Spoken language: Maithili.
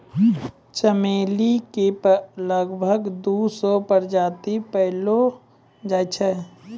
चमेली के लगभग दू सौ प्रजाति पैएलो जाय छै